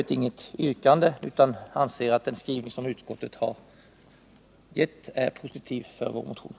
Jag har inget yrkande, utan anser att utskottets skrivning med anledning av sd, vår motion är positiv.